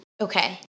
Okay